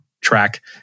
track